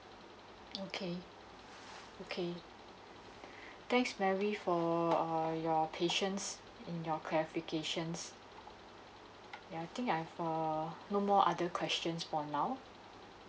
okay okay thanks mary for err your patience in your clarifications ya I think I've err no more other questions for now